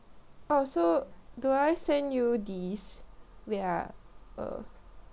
oh so do I send you these wait ah uh